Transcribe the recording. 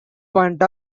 point